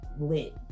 lit